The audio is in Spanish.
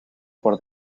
por